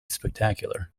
spectacular